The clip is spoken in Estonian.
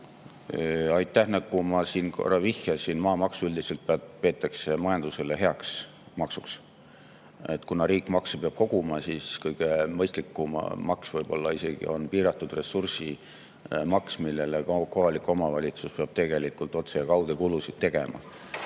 Aitäh! Nagu ma siin korra viitasin, maamaksu üldiselt peetakse majandusele heaks maksuks. Kuna riik makse peab koguma, siis kõige mõistlikum maks võib-olla ongi sellise piiratud ressursi maks, millele ka kohalik omavalitsus peab tegelikult nii otse kui ka kaude kulutusi tegema.